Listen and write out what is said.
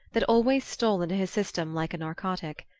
that always stole into his system like a narcotic.